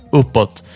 uppåt